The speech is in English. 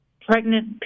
pregnant